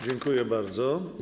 Dziękuję bardzo.